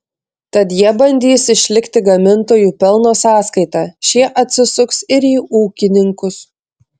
tad jie bandys išlikti gamintojų pelno sąskaita šie atsisuks ir į ūkininkus